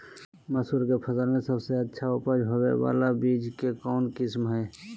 मसूर के फसल में सबसे अच्छा उपज होबे बाला बीज के कौन किस्म हय?